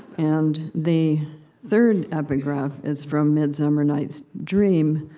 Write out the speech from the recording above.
and the third epigraph is from midsummer night's dream,